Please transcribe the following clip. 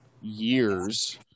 years